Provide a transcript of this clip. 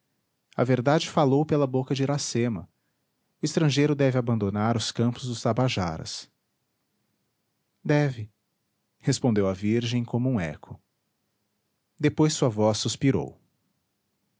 a verdade falou pela boca de iracema o estrangeiro deve abandonar os campos dos tabajaras deve respondeu a virgem como um eco depois sua voz suspirou